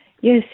Yes